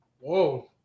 Whoa